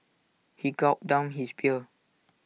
he gulped down his beer